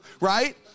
right